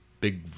big